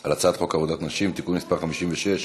על הצעת חוק עבודת נשים (תיקון מס' 56)